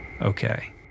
Okay